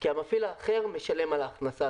כי המפעיל האחר משלם על ההכנסה הזאת.